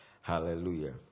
hallelujah